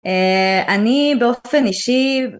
אני באופן אישי